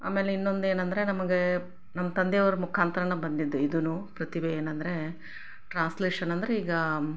ಆಮೇಲೆ ಇನ್ನೊಂದು ಏನಂದರೆ ನಮಗೆ ನಮ್ಮ ತಂದೆ ಅವ್ರ ಮುಖಾಂತ್ರನೇ ಬಂದಿದ್ದು ಇದು ಪ್ರತಿಭೆ ಏನಂದರೆ ಟ್ರಾನ್ಸ್ಲೇಷನ್ ಅಂದ್ರೆ ಈಗ